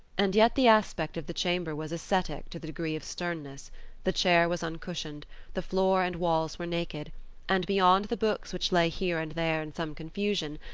and yet the aspect of the chamber was ascetic to the degree of sternness the chair was uncushioned the floor and walls were naked and beyond the books which lay here and there in some confusion,